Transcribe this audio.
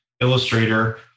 illustrator